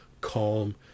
calm